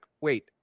Wait